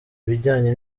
ibijyanye